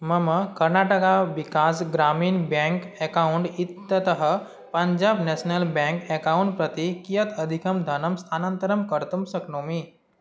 मम Karnataka Vikas Grameen bank account इत्यतः Punjab national bank account प्रति कियत् अधिकं धनं स्थानान्तरं कर्तुं शक्नोमि